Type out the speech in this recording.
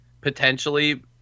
potentially